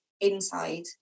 inside